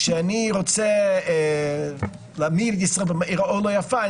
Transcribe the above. כשאני רוצה להעמיד את ישראל באור לא יפה,